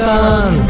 Sun